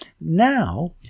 Now